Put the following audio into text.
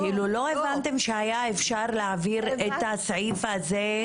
לא הבנתם שאפשר היה להעביר את הסעיף הזה,